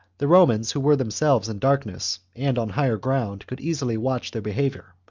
the romans, who were themselves in darkness and on higher ground, could easily watch their behaviour,